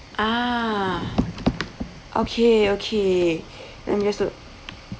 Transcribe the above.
ah okay okay and you have to